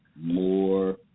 more